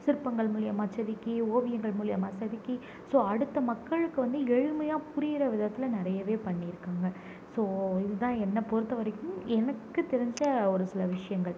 சிற்பங்கள் மூலியமாக செதுக்கி ஓவியங்கள் மூலியமாக செதுக்கி ஸோ அடுத்த மக்களுக்கு வந்து எளிமையா புரியிற விதத்தில் நிறையவே பண்ணியிருக்காங்க ஸோ இது தான் என்னை பொறுத்த வரைக்கும் எனக்கு தெரிஞ்ச ஒரு சில விஷயங்கள்